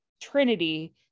Trinity